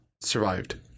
survived